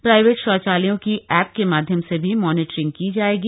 private शौचालयों की app के माध्यम से भी मॉनिटरिंग की जायेगी